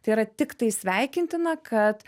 tai yra tiktai sveikintina kad